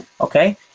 okay